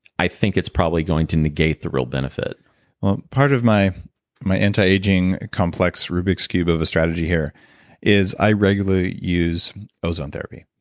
i think it's probably going to negate the real benefit well, part of my my anti-aging complex rubik's cube of a strategy here is i regularly use ozone therapy.